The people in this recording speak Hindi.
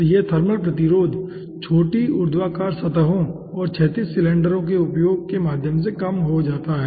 तो यह थर्मल प्रतिरोध छोटी ऊर्ध्वाधर सतहों और क्षैतिज सिलेंडरों के उपयोग के माध्यम से कम हो जाता है